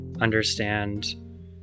understand